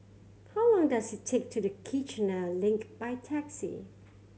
how long does it take to the Kiichener Link by taxi